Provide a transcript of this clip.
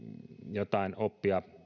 jotain oppia